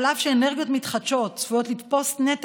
אף שאנרגיות מתחדשות צפויות לתפוס נתח